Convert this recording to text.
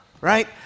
right